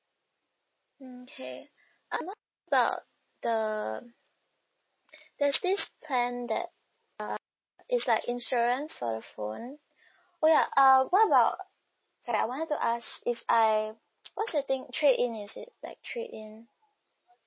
mm okay uh what about the there's this plan that uh it's like insurance for the phone oh ya uh what about I want to ask if I what's the thing trade in is it like trade in